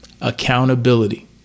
Accountability